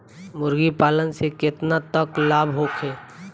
मुर्गी पालन से केतना तक लाभ होखे?